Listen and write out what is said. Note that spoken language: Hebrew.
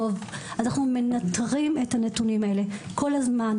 אנחנו מנטרים את הנתונים האלה כל הזמן,